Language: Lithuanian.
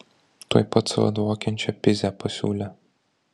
tuoj pat savo dvokiančią pizę pasiūlė